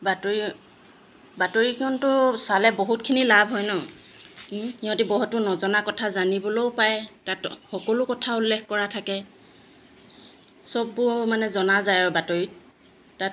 বাতৰি বাতৰিখনতো চালে বহুতখিনি লাভ হয় ন সিহঁতি বহুতো নজনা কথা জানিবলৈও পায় তাত সকলো কথা উল্লেখ কৰা থাকে চববোৰ মানে জনা যায় আৰু বাতৰিত তাত